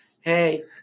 Hey